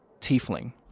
tiefling